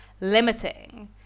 limiting